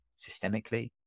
systemically